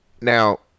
Now